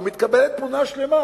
ומתקבלת תמונה שלמה